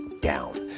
down